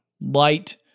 light